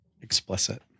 Explicit